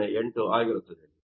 008 ಆಗಿರುತ್ತದೆ